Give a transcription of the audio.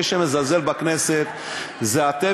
מי שמזלזל בכנסת זה אתם,